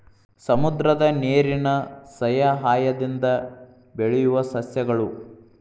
ಸಮುದ್ರದ ನೇರಿನ ಸಯಹಾಯದಿಂದ ಬೆಳಿಯುವ ಸಸ್ಯಗಳು